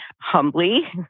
humbly